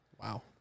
Wow